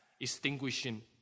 extinguishing